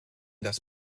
das